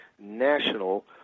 national